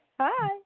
Hi